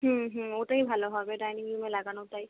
হুম হুম ওটাই ভালো হবে ডাইনিং রুমে লাগানোটাই